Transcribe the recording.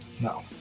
No